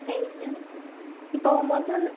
சரிங்க இப்போ முதல்